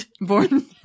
Born